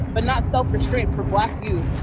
but not self-restraint for black youth.